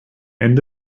end